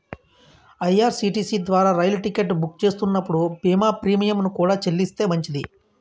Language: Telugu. ఐ.ఆర్.సి.టి.సి ద్వారా రైలు టికెట్ బుక్ చేస్తున్నప్పుడు బీమా ప్రీమియంను కూడా చెల్లిస్తే మంచిది